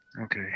Okay